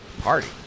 party